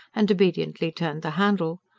and obediently turned the handle.